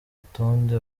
rutonde